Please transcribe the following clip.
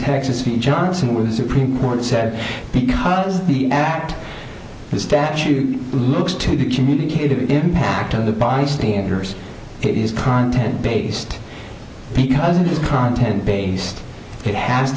texas he johnson with the supreme court said because the act the statute looks to be communicated to impact on the bystanders it is content based because it is content based it has